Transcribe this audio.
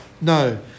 No